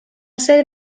ser